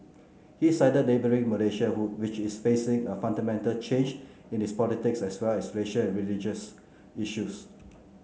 he cited neighbouring Malaysia who which is facing a fundamental change in its politics as well as racial and religious issues